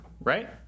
right